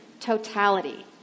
totality